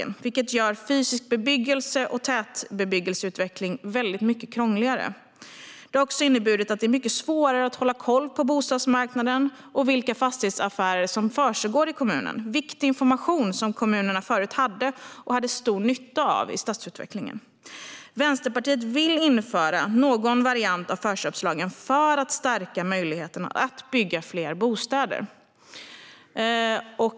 Det gör utveckling av fysisk bebyggelse och tätbebyggelse väldigt mycket krångligare. Det har också inneburit att det är mycket svårare att hålla koll på bostadsmarknaden och vilka fastighetsaffärer som försiggår i kommunen - viktig information som kommunerna förut hade tillgång till och hade stor nytta av i stadsutvecklingen. Vänsterpartiet vill införa någon variant av förköpslagen för att stärka möjligheterna att bygga fler bostäder.